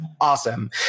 Awesome